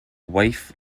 wife